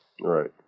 Right